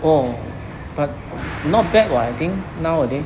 oh but not bad [what] I think nowadays